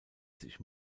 sich